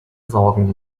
sorgen